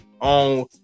on